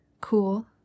cool